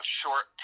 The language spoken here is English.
short